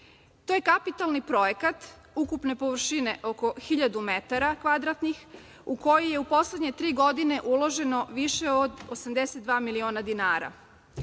To je kapitalni projekat ukupne površine oko 1.000 metara kvadratnih u koji je u poslednje tri godine uloženo više od 82 miliona dinara.